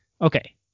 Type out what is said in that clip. okay